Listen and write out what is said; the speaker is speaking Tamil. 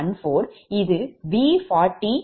14 இது V40 1∠0